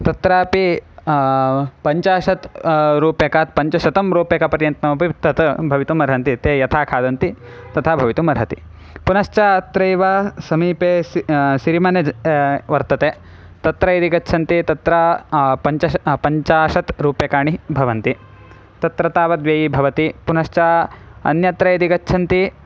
तत्रापि पञ्चाशत् रूप्यकात् पञ्चशतं रूप्यकपर्यन्तमपि तत् भवितुम् अर्हन्ति ते यथा खादन्ति तथा भवितुमर्हन्ति पुनश्च अत्रैव समीपे स् सिरिमने ज् वर्तते तत्र यदि गच्छन्ति तत्र पञ्चाशत् पञ्चाशत् रूप्यकाणि भवन्ति तत्र तावद् व्ययीभवति पुनश्च अन्यत्र यदि गच्छन्ति